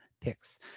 picks